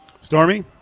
Stormy